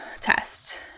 test